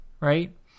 right